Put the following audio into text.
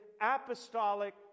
apostolic